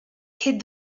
hid